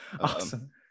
Awesome